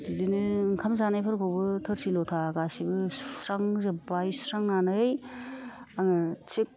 बिदिनो ओंखाम जानायफोरखौबो थोरसि लथा गासैबो सुस्रांजोबबाय सुस्रांनानै आङो थिग